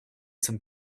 some